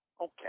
Okay